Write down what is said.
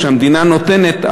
שהמדינה נותנת,